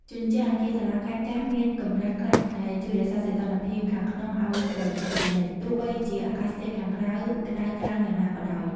ជញ្ជាំងអគារសាលាខេត្តចាស់មានកម្រាស់ក្រាស់ ដែលជួយរក្សាសីតុណ្ហភាពខាងក្នុងឱ្យត្រជាក់ជានិច្ច ទោះបីជាអាកាសធាតុខាងក្រៅក្តៅខ្លាំងយ៉ាងណាក៏ដោយ។